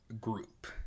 group